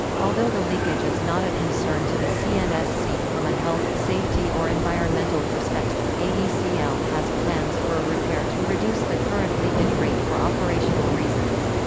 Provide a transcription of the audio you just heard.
although the leakage is not a concern to the cnsc from a health, safety or environmental perspective, aecl has plans for a repair to reduce the current leakage rate for operational reasons.